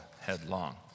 headlong